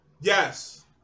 yes